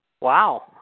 Wow